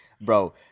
bro